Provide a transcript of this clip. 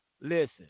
listen